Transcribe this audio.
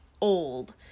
Old